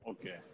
Okay